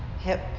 hip